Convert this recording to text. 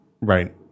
Right